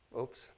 Oops